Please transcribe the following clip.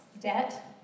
debt